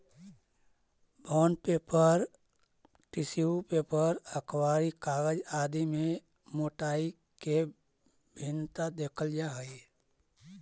bond paper, tissue paper, अखबारी कागज आदि में मोटाई के भिन्नता देखल जा हई